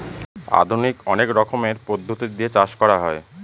আধুনিক অনেক রকমের পদ্ধতি দিয়ে চাষ করা হয়